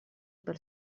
per